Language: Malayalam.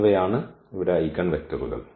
എന്നിവയാണ് ഐഗൻവെക്റ്ററുകൾ